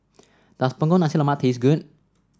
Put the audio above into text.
does Punggol Nasi Lemak taste good